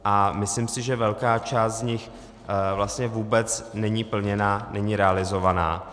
A myslím si, že velká část z nich vlastně vůbec není plněna, není realizována.